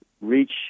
reach